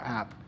app